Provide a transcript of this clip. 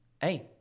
Hey